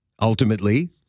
Ultimately